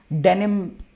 denim